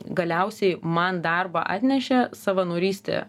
galiausiai man darbą atnešė savanorystė